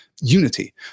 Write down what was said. unity